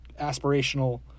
aspirational